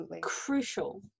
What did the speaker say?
crucial